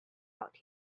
out